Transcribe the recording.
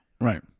Right